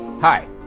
Hi